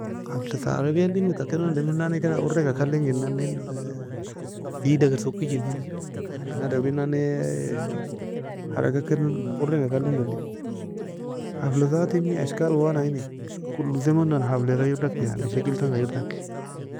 حافلة ta عربية elim ten ken ademri nan nae ken orenga kalen genani, diegda kir sokeje elin ken ademri nan nae حركة ken orenga kalenga eli. حافلة ذات اشكال كل زمن gair dak شكل tan gairdak.